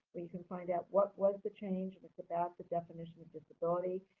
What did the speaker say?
where you can find out what was the change, and it's about the definition of disability.